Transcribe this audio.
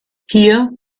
hier